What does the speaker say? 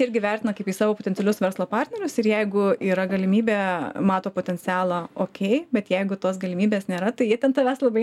irgi vertina kaip į savo potencialius verslo partnerius ir jeigu yra galimybė mato potencialą okei bet jeigu tos galimybės nėra tai jie ten tavęs labai